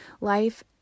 Life